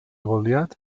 goliat